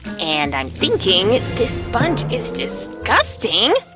and i'm thinking this sponge is disgusting!